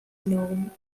known